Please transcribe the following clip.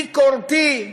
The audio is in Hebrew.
ביקורתי,